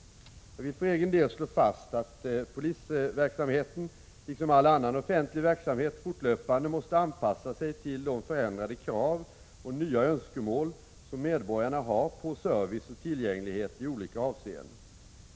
Jag vill för egen del slå fast att polisverksamheten, liksom all annan offentlig verksamhet, fortlöpande måste anpassa sig till de förändrade krav och nya önskemål som medborgarna har på service och tillgänglighet i olika avseenden.